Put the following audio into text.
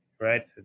right